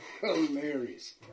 Hilarious